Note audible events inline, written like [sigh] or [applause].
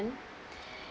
[breath]